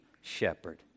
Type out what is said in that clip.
shepherd